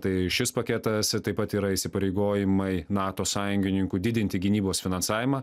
tai šis paketas ir taip pat yra įsipareigojimai nato sąjungininkų didinti gynybos finansavimą